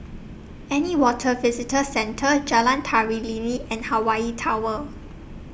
An Newater Visitor Centre Jalan Tari Lilin and Hawaii Tower